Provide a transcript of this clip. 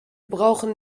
brauchen